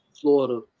Florida